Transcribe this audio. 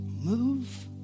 move